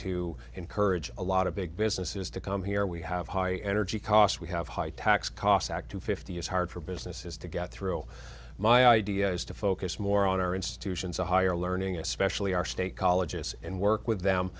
to encourage a lot of big businesses to come here we have high energy costs we have high tax costs act to fifty is hard for businesses to get through my idea is to focus more on our institutions of higher learning especially our state colleges and work with them